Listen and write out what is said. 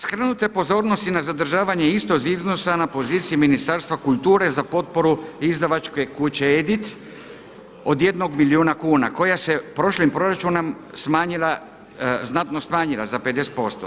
Skrenuta je pozornost i na zadržavanje istog iznosa na poziciji Ministarstva kulture za potporu izdavačke kuće Edit od jednog milijuna kuna koja se prošlim proračunom smanjila, znatno smanjila za 50%